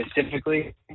specifically